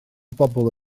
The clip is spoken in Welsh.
bobl